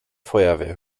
feuerwehr